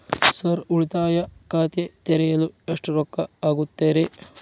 Sir ಉಳಿತಾಯ ಖಾತೆ ತೆರೆಯಲು ಎಷ್ಟು ರೊಕ್ಕಾ ಆಗುತ್ತೇರಿ?